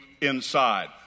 inside